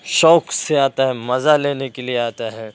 شوق سے آتا ہے مزہ لینے کے لیے آتا ہے